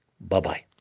Bye-bye